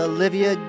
Olivia